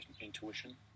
intuition